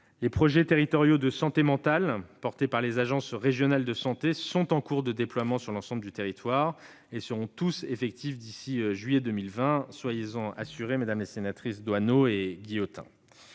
Les projets territoriaux de santé mentale, portés par les agences régionales de santé, sont en cours de déploiement sur l'ensemble du territoire et seront tous effectifs d'ici à juillet 2020- je veux en assurer Mmes Doineau et Guillotin.